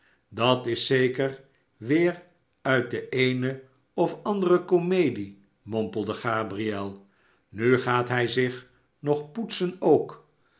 idat is zeker weer uit de eene of andere komedie mompelde gabriel nu gaat hij zich nog poetsen ook